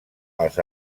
els